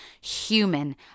human